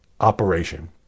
operation